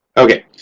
okay.